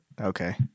Okay